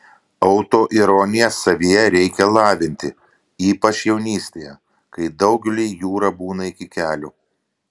autoironiją savyje reikia lavinti ypač jaunystėje kai daugeliui jūra būna iki kelių